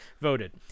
voted